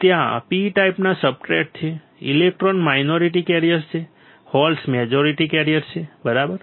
ત્યાં P ટાઈપના substrate છે ઇલેક્ટ્રોન માઇનોરિટી કેરિયર્સ છે હોલ્સ મેજોરીટી કેરિયર્સ છે બરાબર